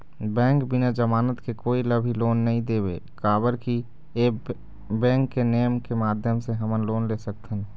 Bank बिना जमानत के कोई ला भी लोन नहीं देवे का बर की ऐप बैंक के नेम के माध्यम से हमन लोन ले सकथन?